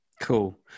Cool